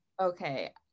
Okay